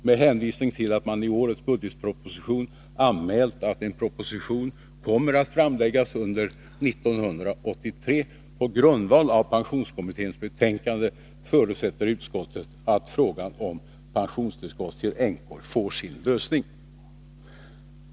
Med hänvisning till att man i årets budgetproposition anmält att en proposition kommer att framläggas under 1983 på grundval av pensionskommitténs betänkande, förutsätter utskottet att frågan om pensionstillskott till änkor får sin lösning.